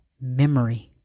memory